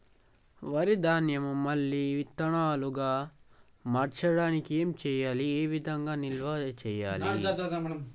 వరి ధాన్యము మళ్ళీ విత్తనాలు గా మార్చడానికి ఏం చేయాలి ఏ విధంగా నిల్వ చేయాలి?